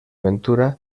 ventura